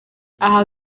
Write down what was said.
aha